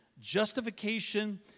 justification